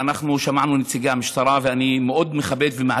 ואנחנו שמענו את נציגי המשטרה,